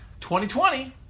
2020